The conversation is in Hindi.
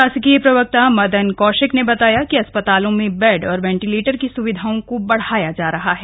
शासकीय प्रवक्ता मदन कौशिक ने बताया कि अस्पतालों में बेड और वेंटिलेटर की स्विधाओं को बढ़ाया जा रहा है